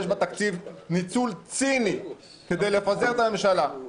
בתקציב ניצול ציני כדי לפזר את הממשלה.